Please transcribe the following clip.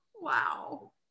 Wow